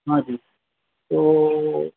ہاں جی تو